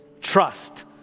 Trust